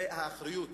זאת האחריות